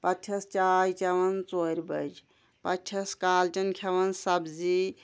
پَتہٕ چھٮ۪س چاے چٮ۪وان ژورِ بَجہِ پَتہٕ چھٮ۪س کالچَن کھٮ۪وان سبزی